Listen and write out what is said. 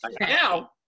Now